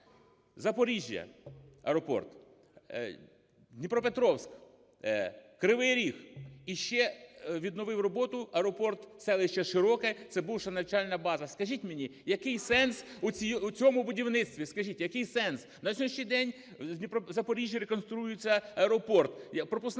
Запоріжжя – аеропорт, Дніпропетровськ, Кривий Ріг і ще відновив роботу аеропорт, селище Широке, це бувша навчальна база. Скажіть мені, який сенс у цьому будівництві, скажіть, який сенс? На сьогоднішній день у Запоріжжі реконструюється аеропорт,